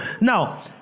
now